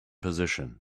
position